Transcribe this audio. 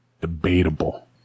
debatable